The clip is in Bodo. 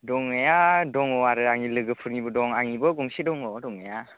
दंनाया दङ आरो आंनि लोगोफोरनिबो दं आंनिबो गंसे दङ दंनाया